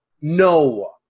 no